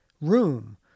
room